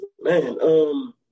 Man